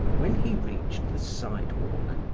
when he reached the sidewalk,